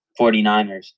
49ers